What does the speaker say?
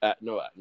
No